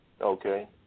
okay